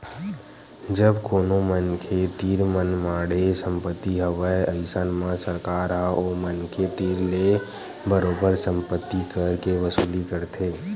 जब कोनो मनखे तीर मनमाड़े संपत्ति हवय अइसन म सरकार ह ओ मनखे तीर ले बरोबर संपत्ति कर के वसूली करथे